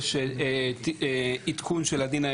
עדכונים.